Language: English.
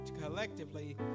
collectively